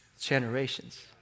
generations